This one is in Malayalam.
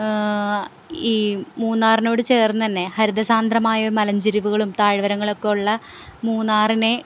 ഈ മൂന്നാറിനോട് ചേർന്ന് തന്നെ ഹരിത സാന്ദ്രമായ മലഞ്ചെരിവുകളും താഴ്വരങ്ങളൊക്കെ ഉള്ള മൂന്നാറിനെ